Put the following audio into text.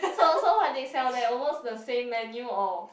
so so what they sell there almost the same menu or